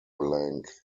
blanc